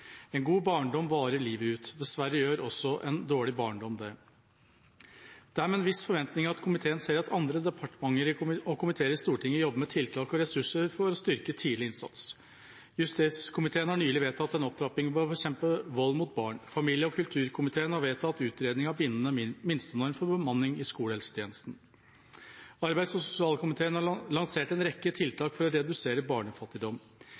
En god barndom varer livet ut. Dessverre gjør også en dårlig barndom det. Det er med en viss forventning komiteen ser at andre departementer og komiteer i Stortinget jobber med tiltak og ressurser for å styrke tidlig innsats. Justiskomiteen har nylig vedtatt en opptrapping for å bekjempe vold mot barn. Familie- og kulturkomiteen har vedtatt en utredning av bindende minstenorm for bemanning i skolehelsetjenesten. Arbeids- og sosialkomiteen har lansert en rekke tiltak for å redusere barnefattigdom.